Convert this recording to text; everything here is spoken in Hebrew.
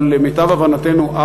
אבל למיטב הבנתנו אז,